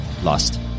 lost